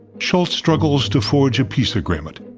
shultz struggles to forge a peace agreement.